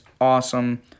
awesome